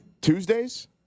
Tuesdays